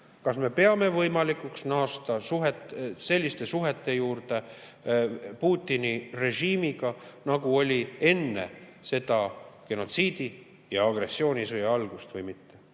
kas me peame võimalikuks naasta selliste suhete juurde Putini režiimiga, nagu oli enne selle genotsiidi‑ ja agressioonisõja algust, või mitte.